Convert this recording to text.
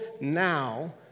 now